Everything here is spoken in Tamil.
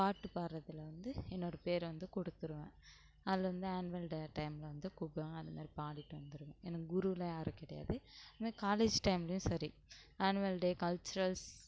பாட்டுப் பாடுறதுல வந்து என்னோடய பேர் வந்து கொடுத்துருவேன் அதில் வந்து ஆன்வல்டே டைமில் வந்து கூப்பிடுவாங்க அந்தமாதிரி பாடிவிட்டு வந்துடுவேன் எனக்கு குருவெலாம் யாரும் கிடையாது அதுமாதிரி காலேஜ் டைம்லையும் சரி ஆன்வல்டே கல்ச்சுரல்ஸ்